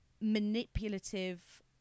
manipulative